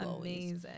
amazing